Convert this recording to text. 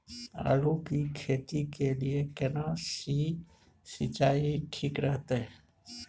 आलू की खेती के लिये केना सी सिंचाई ठीक रहतै?